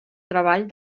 treball